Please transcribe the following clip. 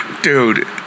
dude